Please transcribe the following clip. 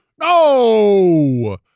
no